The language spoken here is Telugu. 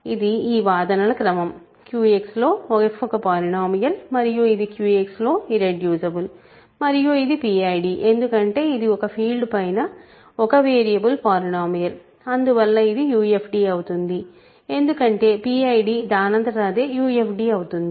ఇది ఈ వాదనల క్రమం QX లో f ఒక పాలినోమియల్ మరియు ఇది QX లో ఇర్రెడ్యూసిబుల్ మరియు ఇది PID ఎందుకంటే ఇది ఒక ఫీల్డ్ పైన ఒక వేరియబుల్ పాలినోమియల్ అందువల్ల ఇది UFD అవుతుంది ఎందుకంటే PID దానంతట అదే UFD అవుతుంది